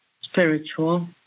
spiritual